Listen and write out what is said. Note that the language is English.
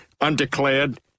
Undeclared